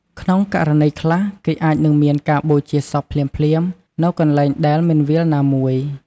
ក្នុងករណីខ្លះ គេអាចនឹងមានការបូជាសពភ្លាមៗ នៅកន្លែងដែលមិនវាលណាមួយ។